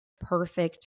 perfect